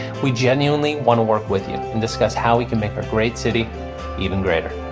we genuinely want to work with you and discuss how we can make a great city even greater.